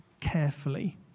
carefully